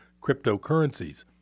cryptocurrencies